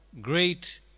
great